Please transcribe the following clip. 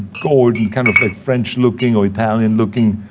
gold and kind of like french looking or italian looking,